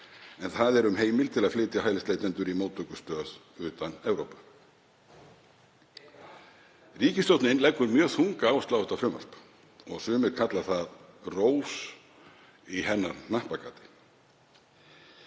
en það er um heimild til að flytja hælisleitendur í móttökustöð utan Evrópu. Ríkisstjórnin leggur mjög þunga áherslu á þetta frumvarp og sumir kalla það rós í hennar hnappagati.